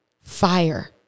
fire